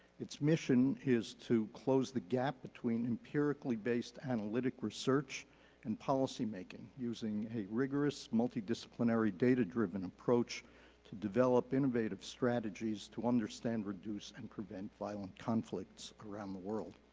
its mission is to close the gap between empirically based analytic research and policy making using a rigorous multidisciplinary, multidisciplinary, data driven approach to develop innovative strategies to understand, reduce, and prevent violent conflicts around the world.